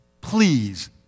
please